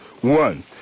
One